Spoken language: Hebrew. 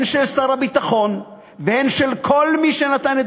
הן של שר הביטחון והן של כל מי שנתן את